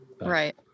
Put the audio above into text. right